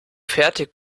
fertig